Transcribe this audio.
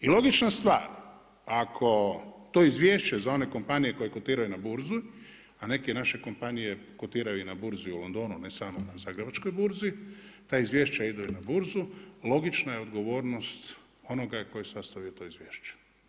I logična stvar, ako to izvješće za one kompanije koje kotiraju na burzi, a neke naše kompanije kotiraju i na burzi u Londonu, ne samo na Zagrebačkoj burzi, ta izvješća idu i na burzu, logična je odgovornost onoga tko je sastavio to izvješće.